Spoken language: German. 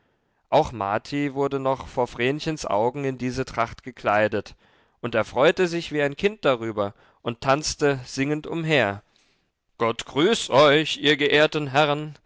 auch marti wurde noch vor vrenchens augen in diese tracht gekleidet und er freute sich wie ein kind darüber und tanzte singend umher gott grüß euch ihr geehrten herren